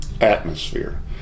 Atmosphere